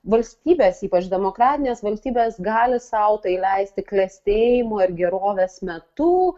valstybės ypač demokratinės valstybės gali sau tai leisti klestėjimo ir gerovės metu